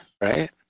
right